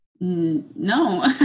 no